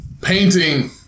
painting